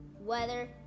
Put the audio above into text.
weather